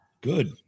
Good